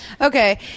okay